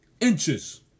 inches